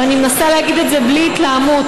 ואני מנסה להגיד את זה בלי התלהמות,